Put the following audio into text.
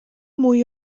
mwy